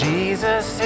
Jesus